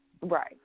right